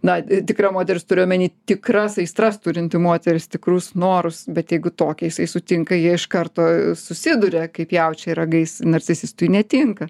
na tikra moteris turiu omeny tikras aistras turinti moteris tikrus norus bet jeigu tokią jisai sutinka jie iš karto susiduria kaip jaučiai ragais narcisistui netinka